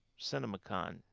CinemaCon